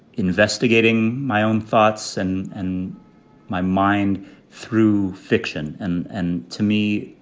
investigating my own thoughts and and my mind through fiction. and and to me,